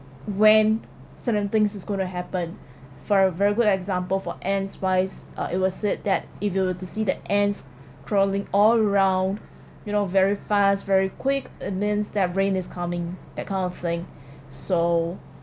when certain things is going to happen for a very good example for ants wise uh it was said that if you were to see the ants crawling all around you know very fast very quick it means that rain is coming that kind of thing so